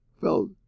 felt